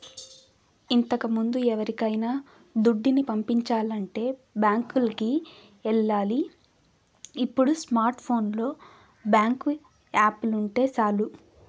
ఇంతకముందు ఎవరికైనా దుడ్డుని పంపించాలంటే బ్యాంకులికి ఎల్లాలి ఇప్పుడు స్మార్ట్ ఫోనులో బ్యేంకు యాపుంటే సాలు